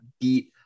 beat